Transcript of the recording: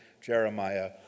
Jeremiah